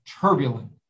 turbulent